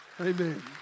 Amen